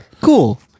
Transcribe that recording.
cool